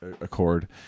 accord